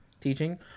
teaching